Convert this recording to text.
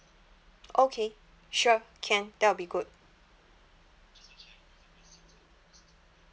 okay sure can that will be good